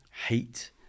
Hate